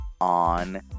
on